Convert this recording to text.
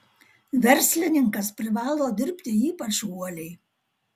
verslininkas privalo dirbti ypač uoliai